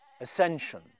Ascension